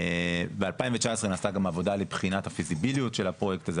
ב-2019 נעשתה גם עבודה לבחינת הפיזיביליות של הפרויקט הזה,